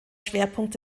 schwerpunkt